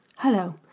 Hello